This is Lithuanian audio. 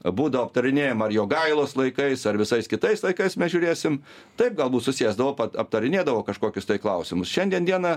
būdavo aptarinėjama ar jogailos laikais ar visais kitais laikais mes žiūrėsim tai galbūt susėsdavo pat aptarinėdavo kažkokiustai klausimus šiandien dieną